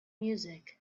music